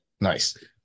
Nice